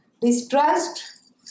distrust